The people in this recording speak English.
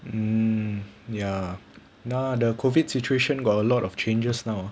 mm ya now the COVID situation got a lot of changes now